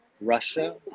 Russia